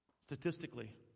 Statistically